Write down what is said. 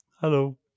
Hello